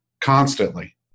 constantly